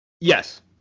yes